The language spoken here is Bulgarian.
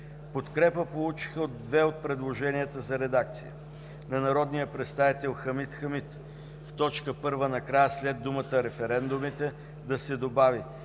Подкрепа получиха две от предложенията за редакция: на народния представител Хамид Хамид – в т. 1 накрая след думата „референдумите” да се добави